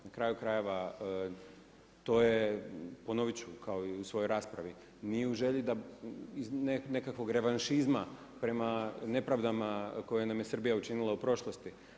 Na kraju krajeva to je ponovit ću kao i u svojoj raspravi nije u želji da iz nekakvog revanšizma prema nepravdama koje nam je Srbija učinila u prošlosti.